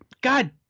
God